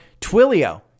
Twilio